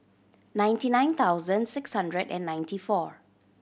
ninety nine thousand six hundred and ninety four